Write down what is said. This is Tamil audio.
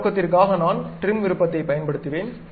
அந்த நோக்கத்திற்காக நான் டிரிம் விருப்பத்தை பயன்படுத்துவேன்